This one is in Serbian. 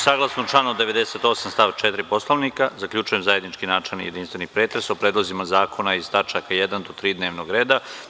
Saglasno članu 98. stav 4. Poslovnika, zaključujem zajednički načelni jedinstveni pretres o predlozima zakona iz tačaka 1. do 3. dnevnog reda.